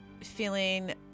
feeling